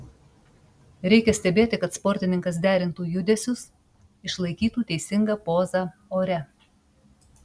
reikia stebėti kad sportininkas derintų judesius išlaikytų teisingą pozą ore